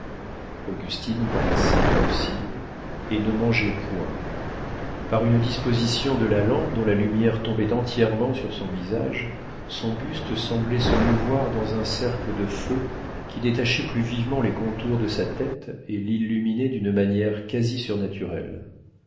augustine paraissait pensive et ne mangeait point par une disposition de la lampe dont la lumière tombait entièrement sur son visage son buste semblait se mouvoir dans un cercle de feu qui détachait plus vivement les contours de sa tête et l'illuminait d'une manière quasi surnaturelle